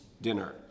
dinner